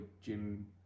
Jim